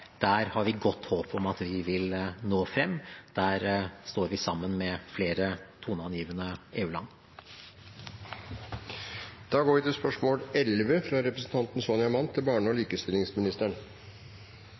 der har vi godt håp om at vi vil nå frem. Der står vi sammen med flere toneangivende EU-land. Da går vi tilbake til spørsmål 11. «Nav-tallene som viser at økningen av kontantstøtten har ført til at flere kvinner, og